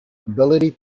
ability